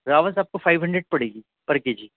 راوس آپ کو فائیو ہنڈریڈ پڑے گی پر کے جی